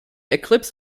eclipse